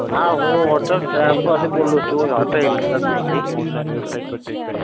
હા હું હોટલ સ્ટાફમાંથી બોલું છું હોટેલ હિલટોનમાંથી